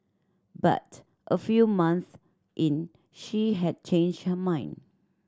but a few months in she had changed her mind